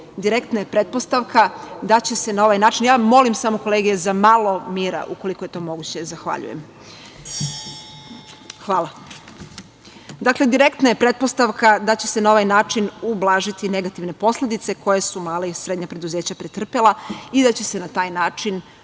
direktna je pretpostavka da će se na ovaj način ublažiti negativne posledice koje su mala i srednja preduzeća pretrpela i da će se na taj način